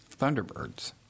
Thunderbirds